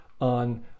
on